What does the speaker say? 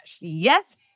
Yes